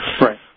Right